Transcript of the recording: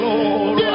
Lord